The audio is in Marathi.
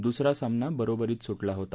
द्सरा सामना बरोबरीत सुटला होता